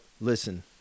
listen